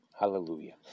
Hallelujah